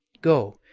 go,